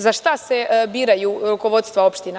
Za šta se biraju rukovodstva opština?